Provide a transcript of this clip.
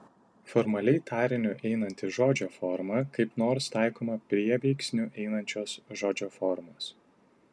formaliai tariniu einanti žodžio forma kaip nors taikoma prie veiksniu einančios žodžio formos